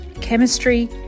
chemistry